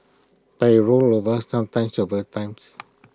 but IT rolled over sometimes several times